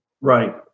Right